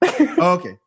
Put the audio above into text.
Okay